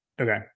Okay